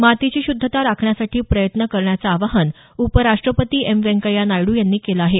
मातीची शुद्धता राखण्यासाठी प्रयत्न करण्याचं आवाहन उपराष्ट्रपती एम व्यंकय्या नायडू यांनी केलं आहे